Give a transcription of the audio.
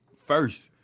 first